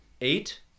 Eight